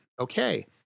okay